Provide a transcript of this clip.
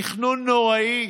תכנון נוראי.